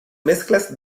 mezclas